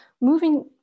moving